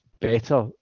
better